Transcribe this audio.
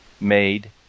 made